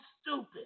stupid